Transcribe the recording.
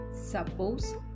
suppose